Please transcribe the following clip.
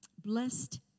blessed